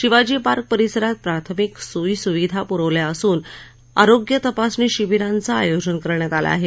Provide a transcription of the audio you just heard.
Shivaji park परिसरात प्राथमिक सोयी सुविधा पुरवल्या असून आरोग्य तपासणी शिबिरांचं आयोजन करण्यात आलं आहे